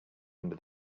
under